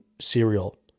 cereal